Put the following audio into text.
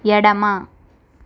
ఎడమ